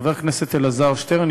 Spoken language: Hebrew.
חבר הכנסת אלעזר שטרן,